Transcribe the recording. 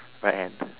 right hand